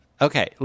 okay